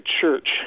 church